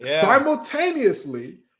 Simultaneously